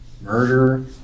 murder